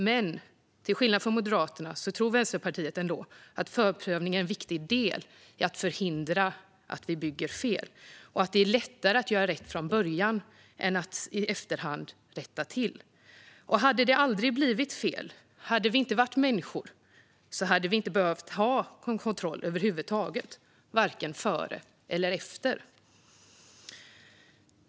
Men till skillnad från Moderaterna tror Vänsterpartiet ändå att förprövningen är en viktig del i att förhindra att vi bygger fel och att det är lättare att göra rätt från början än att i efterhand rätta till. Hade det aldrig blivit fel och hade vi inte varit människor hade vi inte behövt ha kontroll över huvud taget, varken före eller efter.